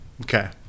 Okay